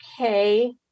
okay